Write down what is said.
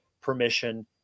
permission